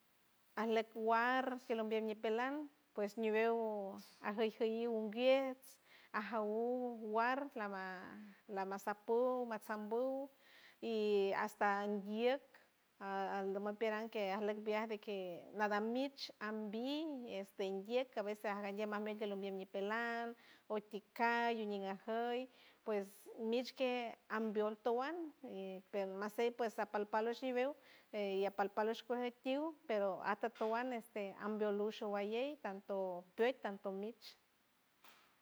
Jan ambiolu toan porque por ejemplo pues ajleck warr tiel umbiel ñipelan pues ñiwew a jüy jüy lliw unguiets ajaw uj warr lama lamasap puj matsapbuw y hasta ndieck ajmo pirang kej ajleck viaj de que nadam mich ambii este ndieck a veces ajgalle majmuelt tiel ambiem ñipelan otikay ndigueme jüy pues mich kej ambiol toan pier mashey pues apal pal ush ñiwew iyac palpal ush kuej tiw pero atatoan este ambiol ushowalley tanto püet tanto mich.